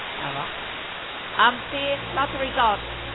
ah um, dear lottery gods,